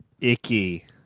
Icky